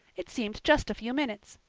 it seemed just a few minutes.